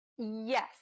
yes